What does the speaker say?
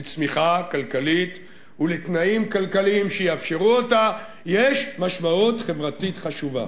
לצמיחה כלכלית ולתנאים כלכליים שיאפשרו אותה יש משמעות חברתית חשובה.